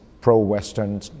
pro-Western